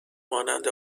مانند